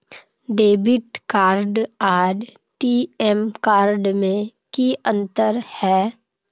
Debit card आर ATM card में की अंतर है?